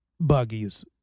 buggies